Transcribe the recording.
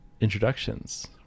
introductions